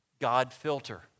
God-filter